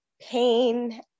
pain